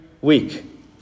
week